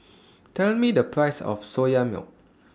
Tell Me The Price of Soya Milk